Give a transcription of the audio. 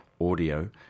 Audio